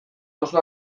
oso